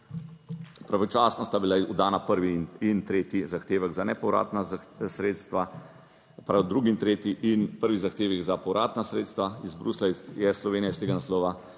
Pravočasno sta bila oddana prvi in tretji zahtevek za nepovratna sredstva, se pravi drugi in tretji in prvi zahtevek za povratna sredstva iz Bruslja je Slovenija iz tega naslova